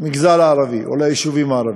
למגזר הערבי, או ליישובים הערביים.